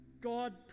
God